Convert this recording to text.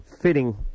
fitting